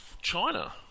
China